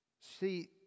See